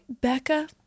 Becca